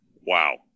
wow